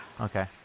Okay